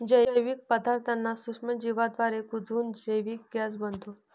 जैविक पदार्थांना सूक्ष्मजीवांद्वारे कुजवून जैविक गॅस बनतो